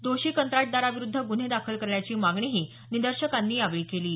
दोषी कंत्राटदाराविरूद्ध गुन्हे दाखल करण्याचीही मागणी निदर्शकांनी केली आहे